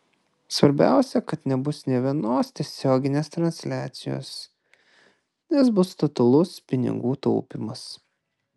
svarbiausia kad nebus nė vienos tiesioginės transliacijos nes bus totalus pinigų taupymas